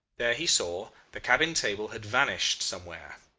there, he saw, the cabin-table had vanished somewhere.